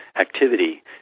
activity